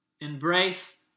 Embrace